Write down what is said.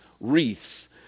wreaths